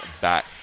back